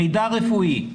מידע רפואי.